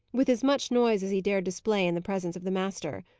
with as much noise as he dared display in the presence of the master.